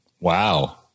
Wow